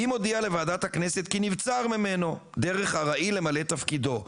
אם הודיע לוועדת הכנסת כי נבצר ממנו דרך ארעי למלא תפקידו,